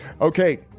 Okay